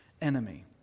enemy